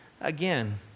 again